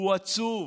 הוא עצוב,